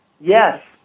Yes